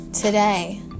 Today